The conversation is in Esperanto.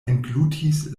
englutis